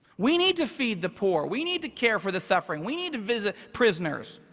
we need to feed the poor. we need to care for the suffering. we need to visit prisoners.